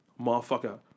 Motherfucker